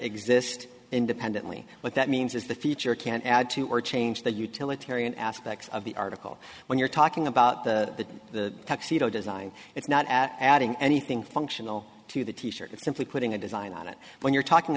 exist independently what that means is the future can't add to or change the utilitarian aspects of the article when you're talking about the tuxedo design it's not adding anything functional to the t shirt it's simply putting a design on it when you're talking